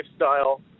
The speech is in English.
lifestyle